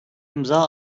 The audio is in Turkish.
imza